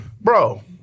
Bro